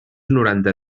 noranta